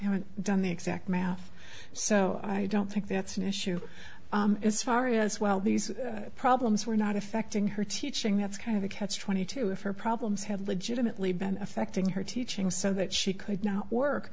haven't done the exact math so i don't think that's an issue as far as well these problems were not affecting her teaching that's kind of a catch twenty two of her problems have legitimately been affecting her teaching so that she could now work